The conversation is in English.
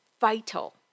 vital